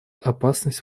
опасность